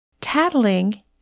Tattling